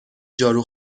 جارو